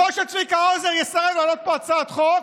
לא שצביקה האוזר יסרב להעלות פה הצעת חוק